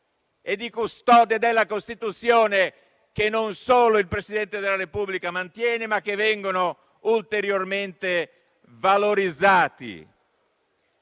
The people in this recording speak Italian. e di custode della Costituzione, che non solo il Presidente della Repubblica mantiene, ma che vengono anche ulteriormente valorizzati.